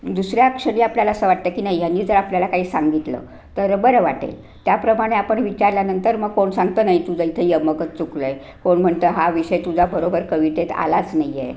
दुसऱ्या क्षणी आपल्याला असं वाटतं की नाही ह्यांनी जर आपल्याला काही सांगितलं तर बरं वाटेल त्याप्रमाणे आपण विचारल्यानंतर मग कोण सांगतं नाही तुझं इथे यमक चुकलं आहे कोण म्हणतं हा विषय तुझा बरोबर कवितेत आलाच नाही आहे